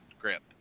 grip